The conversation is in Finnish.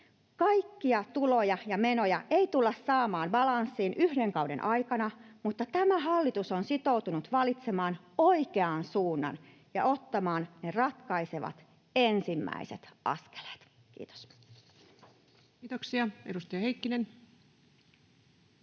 Kaikkia tuloja ja menoja ei tulla saamaan balanssiin yhden kauden aikana, mutta tämä hallitus on sitoutunut valitsemaan oikean suunnan ja ottamaan ne ratkaisevat ensimmäiset askeleet. Kiitoksia. — Edustaja Heikkinen.